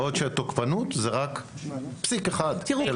בעוד שתוקפנות זה רק פסיק אחד.